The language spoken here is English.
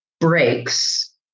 breaks